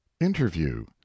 Interview